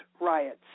riots